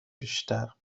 بیشتر